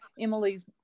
Emily's